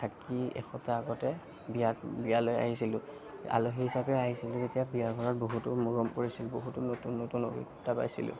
থাকি এসপ্তাহ আগতে বিয়াত বিয়ালৈ আহিছিলোঁ আলহী হিচাপে আহিছিলোঁ যেতিয়া বিয়া ঘৰত বহুতো মৰম কৰিছিল বহুতো নতুন নতুন অভিজ্ঞতা পাইছিলোঁ